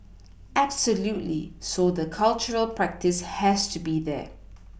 absolutely so the cultural practice has to be there